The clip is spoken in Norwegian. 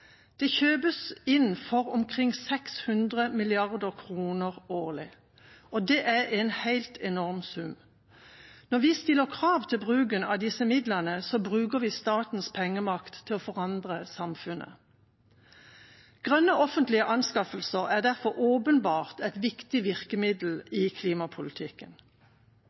Det kjøpes inn for omkring 600 mrd. kr årlig, og det er en helt enorm sum. Når vi stiller krav til bruken av disse midlene, bruker vi statens pengemakt til å forandre samfunnet. Grønne offentlige anskaffelser er derfor åpenbart et viktig virkemiddel i klimapolitikken.